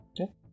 Okay